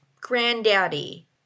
granddaddy